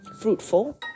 fruitful